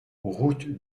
route